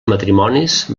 matrimonis